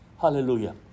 Hallelujah